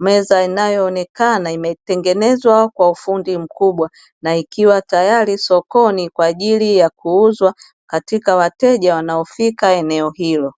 Meza inayoonekana imetengenezwa kwa ufundi mkubwa na ikiwa tayari sokoni kwa ajili ya kuuzwa katika wateja wanaofika eneo hilo.